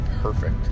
perfect